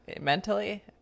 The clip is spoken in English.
Mentally